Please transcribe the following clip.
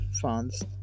funds